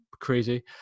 crazy